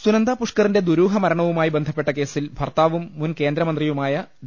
സുനന്ദ പുഷ്ക്കറിന്റെ ദുരൂഹമരണവുമായി ബന്ധപ്പെട്ട കേസിൽ ഭർത്താവും മുൻ കേന്ദ്രമന്ത്രിയുമായ ഡോ